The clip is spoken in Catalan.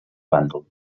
bàndol